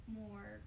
more